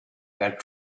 were